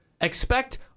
expect